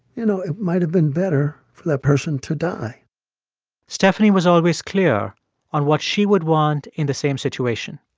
you know, it might have been better for that person to die stephanie was always clear on what she would want in the same situation.